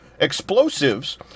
explosives